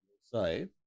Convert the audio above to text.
Say